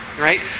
right